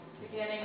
beginning